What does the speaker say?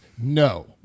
No